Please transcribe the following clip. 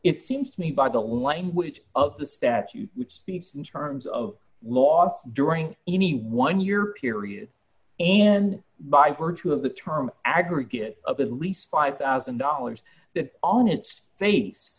it seems to me by the language of the statute which speaks in terms of law during any one year period and by virtue of the term aggregate of as least five thousand dollars that on its face